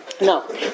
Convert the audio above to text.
No